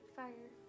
fire